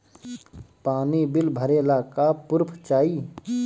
पानी बिल भरे ला का पुर्फ चाई?